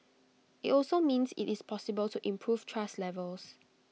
IT also means IT is possible to improve trust levels